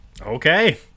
Okay